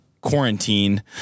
quarantine